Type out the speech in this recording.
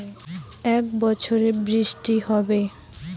এবছর বৃষ্টি কেমন হবে?